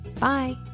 bye